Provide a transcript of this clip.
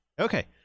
okay